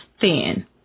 thin